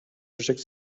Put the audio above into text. reject